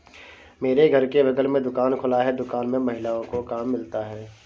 मेरे घर के बगल में दुकान खुला है दुकान में महिलाओं को काम मिलता है